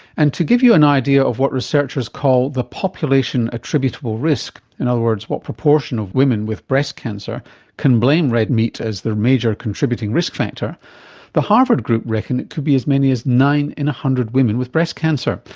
and to give you an idea of what researchers call the population attributable risk, in other words, what proportion of women with breast cancer can blame red meat as their major contributing risk factor the harvard group reckon it could be as many as nine in one hundred women with breast cancer,